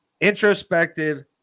introspective